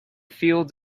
fields